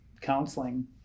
counseling